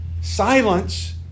silence